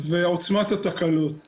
ועוצמת התקלות.